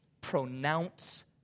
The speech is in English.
pronounce